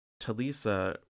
Talisa